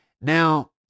Now